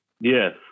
Yes